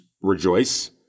rejoice